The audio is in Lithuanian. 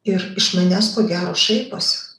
ir iš manęs ko gero šaiposi